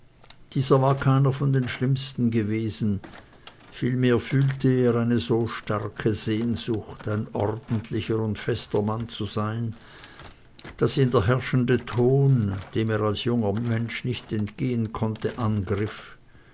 dieser war keiner von den schlimmsten gewesen vielmehr fühlte er eine so starke sehnsucht ein ordentlicher und fester mann zu sein daß ihn der herrschende ton dem er als junger mensch nicht entgehen konnte angriff